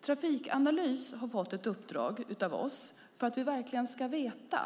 Trafikanalys har fått ett uppdrag av oss för att vi verkligen ska veta